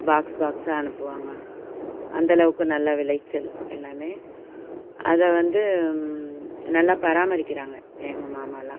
box பாக்ஸாக அனுப்புவாங்க அந்தளவுக்கு நல்ல விளைச்சல் எல்லாமே அதைவந்து நல்லா பராமரிக்கிறாங்க எங்கள் மாமாலாம்